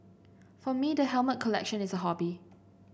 for me the helmet collection is a hobby